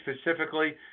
specifically